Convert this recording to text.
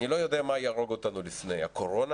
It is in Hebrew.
אני לא יודע מה יהרוג אותנו לפני, הקורונה